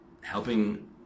helping